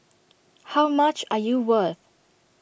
how much are you worth